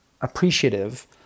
appreciative